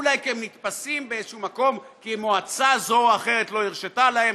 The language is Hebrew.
אולי כי הן נתפסות באיזשהו מקום כי מועצה זו או אחרת לא הרשתה להן.